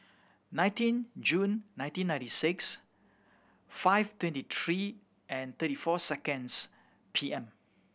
nineteen June nineteen ninety six five twenty three and thirty four seconds P M